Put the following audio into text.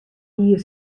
ier